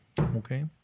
okay